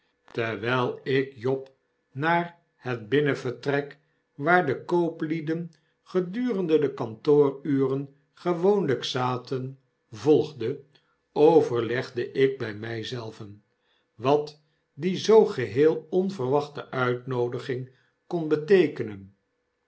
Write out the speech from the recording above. terwijl ik job naar het binnenvertrek waar de kooplieden gedurende de kantooruren gewoonlp zaten volgde overlegde ik by mg zelven wat die zoo geheel onverwachte uitnoodiging kon beteekenen